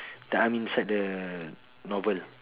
that I'm inside the novel